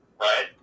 right